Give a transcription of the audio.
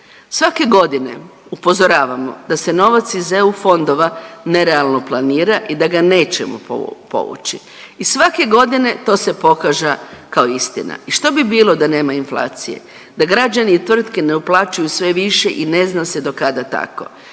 Svake godine upozoravamo da se novac iz EU fondova nerealno planira i da ga nećemo povući i svake godine to se pokaža kao istina. I što bi bilo da nema inflacije, da građani i tvrtke ne uplaćuju sve više i ne zna se do kada tako.